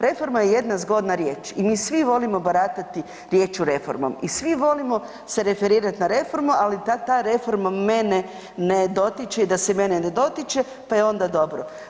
Reforma je jedna zgodna riječ i mi svi volimo baratati riječju reformom i svi volimo se referirat na reformu, ali ta, ta reforma mene ne dotiče i da se mene ne dotiče, pa je onda dobro.